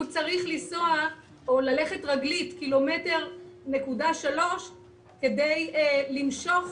הוא צריך לנסוע או ללכת רגלית 1.3 קילומטר כדי למשוך